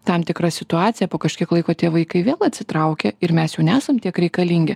tam tikra situacija po kažkiek laiko tie vaikai vėl atsitraukia ir mes jau nesam tiek reikalingi